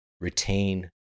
retain